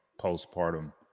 postpartum